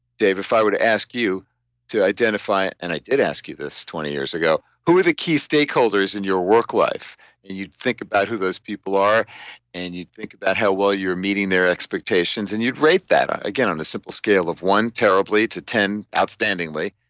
dave if i were to ask you to identify, and i did ask you this twenty years ago who are the key stakeholders in your work life and you'd think about who those people are and you'd think about how well you're meeting their expectations and you'd rate that, again on a simple scale of one terrible, to ten outstandingly.